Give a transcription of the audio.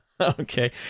Okay